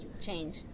change